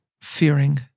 fearing